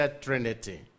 Trinity